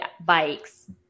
bikes